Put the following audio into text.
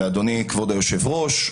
לאדוני כבוד היושב-ראש,